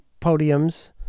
podiums